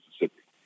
Mississippi